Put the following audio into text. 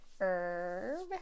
herb